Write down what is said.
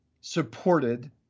supported